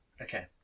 Okay